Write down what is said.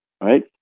right